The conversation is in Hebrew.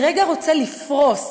אני רגע רוצה לפרוס,